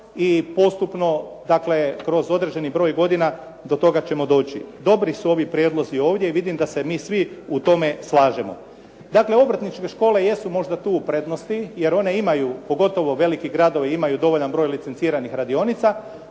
i postupno, dakle kroz određeni broj godina do toga ćemo doći. Dobri su ovi prijedlozi ovdje i vidim da se mi svi u tome slažemo. Dakle, obrtničke škole jesu možda tu u prednosti jer one imaju, pogotovo veliki gradovi imaju dovoljan broj licenciranih radionica